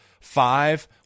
five